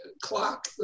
clock